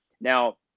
Now